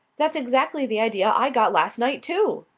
that's exactly the idea i got last night, too.